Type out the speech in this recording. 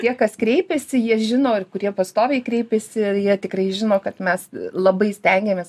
tie kas kreipėsi jie žino ir kurie pastoviai kreipėsi ir jie tikrai žino kad mes labai stengėmės